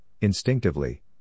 instinctively